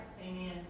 Amen